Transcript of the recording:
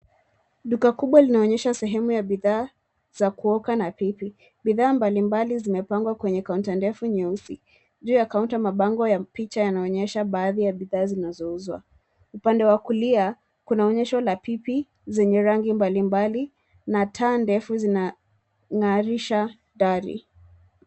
Duka kubwa linaonyesha sehemu ya bidhaa za kuoka na pipi. Bidhaa mbalimbali zimepangwa kwenye kaunta ndefu nyeusi. Juu ya kaunta mabango ya picha yanaonyesha baadhi ya bidhaa zinazouzwa . Upande wa kulia kuna onyesho la pipi zenye rangi mbalimbali na taa ndefu zinang'arisha dari.